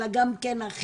אלא גם החינוכיים.